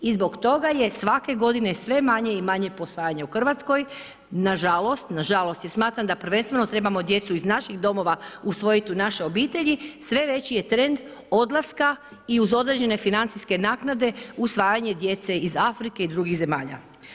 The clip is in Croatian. I zbog toga je svake godine sve manje i manje posvajanja u Hrvatskoj, nažalost, nažalost jer smatramo da prvenstveno trebamo djecu iz naših domova usvojiti u naše obitelji, sve veći je trend odlaska i uz određene financijske naknade usvajanje djece iz Afrike i drugih zemalja.